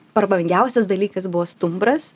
prabangiausias dalykas buvo stumbras